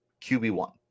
QB1